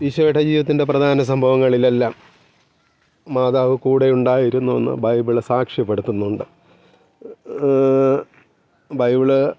ഈശോയുടെ ജീവിതത്തിൻ്റെ പ്രധാന സംഭവങ്ങളിലെല്ലാം മാതാവ് കൂടെ ഉണ്ടായിരുന്ന എന്ന് ബൈബിള് സാക്ഷ്യപ്പെടുത്തുന്നുണ്ട് ബൈബിള്